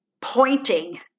pointing